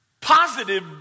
positive